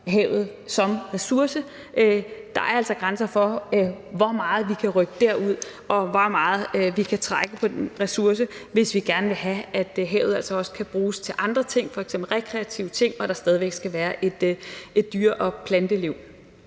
havet som ressource. Der er altså grænser for, hvor meget vi kan rykke derud, og hvor meget vi kan trække på den ressource, hvis vi gerne vil have, at havet også kan bruges til andre ting, f.eks. rekreative ting, og at der stadig væk skal være et dyre- og planteliv.